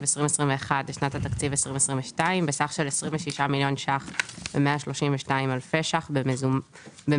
2021 לשנת התקציב 2022 בסך של 26,132,000 ₪ במזומן.